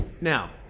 Now